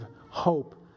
hope